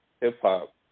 hip-hop